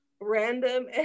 random